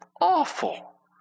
Awful